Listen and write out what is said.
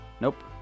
Nope